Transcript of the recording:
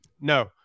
No